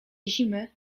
zimy